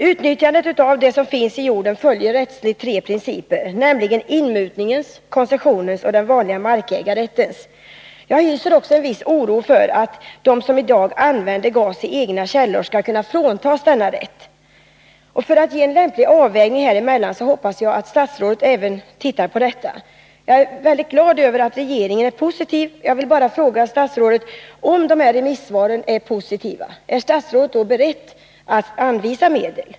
Utnyttjandet av det som finns i jorden följer rättsligt tre olika principer, nämligen inmutningens, koncessionens och den vanliga markägarrättens princip. Jag hyser också oro för att den som i dag använder gas från egna källor skall kunna fråntas denna rätt. För att få till stånd en lämplig avvägning mellan koncessioner och markägarrätt bör statsrådet titta även på denna sak. Jag är tacksam över regeringens positiva inställning. Jag vill bara fråga: Är statsrådet beredd att anvisa medel, om remissvaren är positiva?